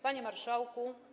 Panie Marszałku!